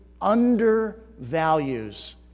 undervalues